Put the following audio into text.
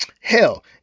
Hell